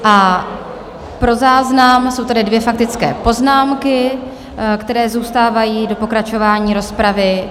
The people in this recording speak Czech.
A pro záznam jsou tady dvě faktické poznámky, které zůstávají do pokračování rozpravy.